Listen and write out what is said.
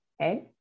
Okay